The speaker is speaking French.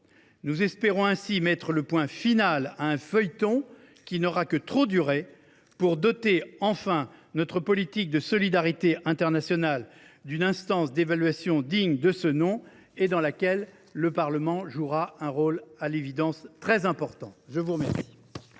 Nous espérons ainsi mettre le point final à un feuilleton qui n’aura que trop duré, pour doter enfin notre politique de solidarité internationale d’une instance d’évaluation digne de ce nom, dans laquelle le Parlement jouera, à l’évidence, un rôle très important. La parole